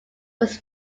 was